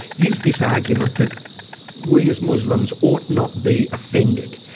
is this argument that we as muslims ought not be offended.